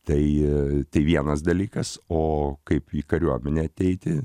tai vienas dalykas o kaip į kariuomenę ateiti